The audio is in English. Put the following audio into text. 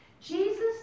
Jesus